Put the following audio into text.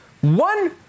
one